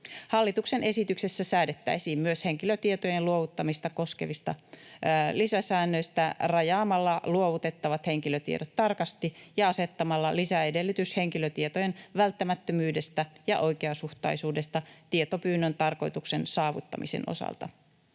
Hallituksen esityksessä säädettäisiin myös henkilötietojen luovuttamista koskevista lisäsäännöistä rajaamalla luovutettavat henkilötiedot tarkasti ja asettamalla lisäedellytys henkilötietojen välttämättömyydestä ja oikeasuhtaisuudesta tietopyynnön tarkoituksen saavuttamisen osalta.